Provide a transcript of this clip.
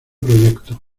proyecto